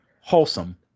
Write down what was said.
wholesome